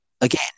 again